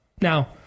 Now